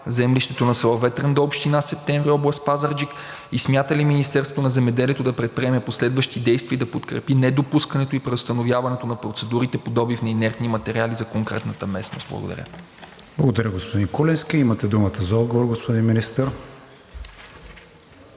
землището на село Ветрен дол, община Септември, област Пазарджик? Смята ли Министерството на земеделието да предприеме последващи действия и да подкрепи недопускането и преустановяването на процедурите по добив на инертни материали за конкретната местност? Благодаря. ПРЕДСЕДАТЕЛ КРИСТИАН ВИГЕНИН: Благодаря, господин Куленски. Имате думата за отговор, господин Министър.